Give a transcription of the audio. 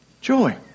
joy